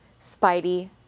Spidey